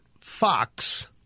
Fox